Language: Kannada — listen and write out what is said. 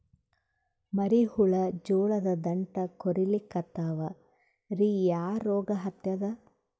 ಮರಿ ಹುಳ ಜೋಳದ ದಂಟ ಕೊರಿಲಿಕತ್ತಾವ ರೀ ಯಾ ರೋಗ ಹತ್ಯಾದ?